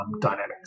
dynamics